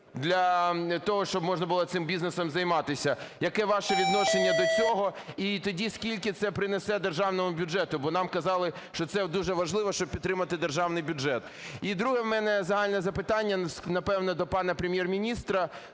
для того, щоб можна було цим бізнесом займатися. Яке ваше відношення до цього? І тоді скільки це принесе державному бюджету? Бо нам казали, що це дуже важливо, щоб підтримати державний бюджет. І друге у мене загальне запитання, напевно, до пана Прем'єр-міністра.